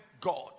God